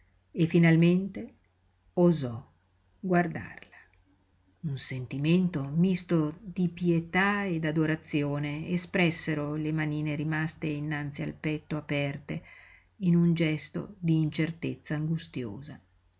e finalmente osò guardarla un sentimento misto di pietà e d'adorazione espressero le manine rimaste innanzi al petto aperte in un gesto d'incertezza angustiosa e a